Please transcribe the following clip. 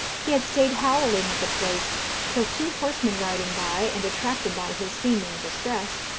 he had stayed howling at the place till two horsemen riding by, and attracted by his seeming distress,